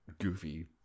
goofy